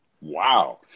Wow